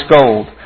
gold